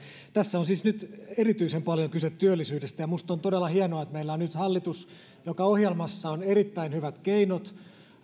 tässä on siis nyt erityisen paljon kyse työllisyydestä ja minusta on todella hienoa että meillä on nyt hallitus jonka ohjelmassa on erittäin hyvät keinot